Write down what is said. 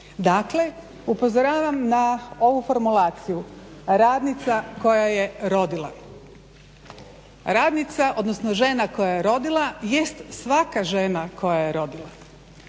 Dakle, upozoravam na ovu formulaciju radnica koja je rodila. Radnica, odnosno žena koja je rodila jest svaka žena koja je rodila.